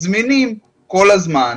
כל הזמן,